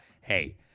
Hey